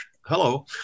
hello